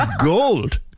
gold